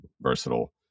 versatile